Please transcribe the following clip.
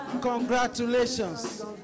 congratulations